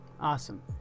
Awesome